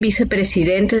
vicepresidente